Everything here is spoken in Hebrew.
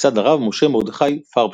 לצד הרב משה מרדכי פרבשטין.